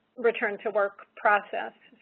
return to work process.